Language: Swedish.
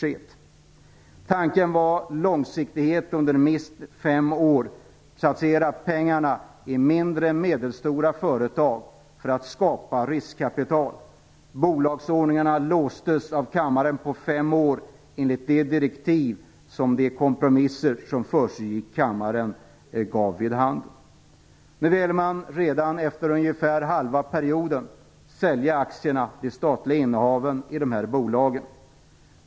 Tanken var att det skulle vara fråga om långsiktighet under minst fem år och att pengarna skulle satsas i mindre och medelstora företag för att skapa riskkapital. Bolagsordningarna låstes av kammaren på fem år i enlighet med de direktiv som de kompromisser som föregick kammarbehandlingen gav upphov till. Nu vill man redan efter ungefär halva perioden sälja aktierna, de statliga innehaven i de här bolagen.